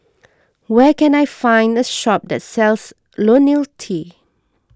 where can I find a shop that sells Ionil T